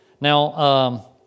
Now